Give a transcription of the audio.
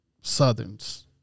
Southerns